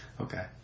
Okay